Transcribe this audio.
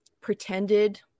pretended